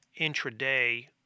intraday